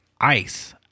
ice